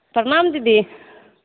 प्रणाम दिदी